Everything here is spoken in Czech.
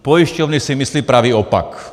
Pojišťovny si myslí pravý opak.